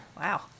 Wow